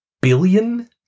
billion